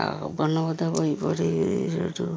ଆଉ ବର୍ଣ୍ଣବୋଧ ବହି ପଢ଼ି ସେଇଠୁ